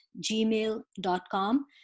gmail.com